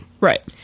Right